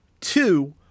two